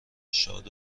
شاد